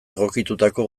egokitutako